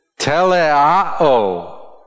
teleao